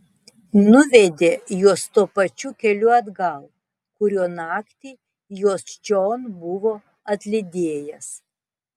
nuvedė juos tuo pačiu keliu atgal kuriuo naktį juos čion buvo atlydėjęs